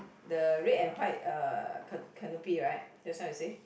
the red and white uh ca~ canopy right just now you say